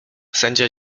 sędzia